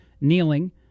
kneeling